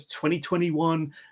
2021